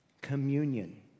communion